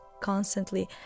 constantly